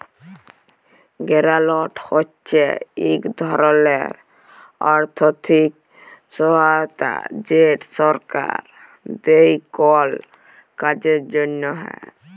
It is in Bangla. গেরালট হছে ইক ধরলের আথ্থিক সহায়তা যেট সরকার দেই কল কাজের জ্যনহে